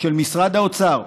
של משרד האוצר,